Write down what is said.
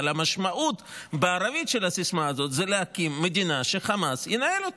אבל המשמעות של הסיסמה הזאת בערבית היא להקים מדינה שחמאס ינהל אותה.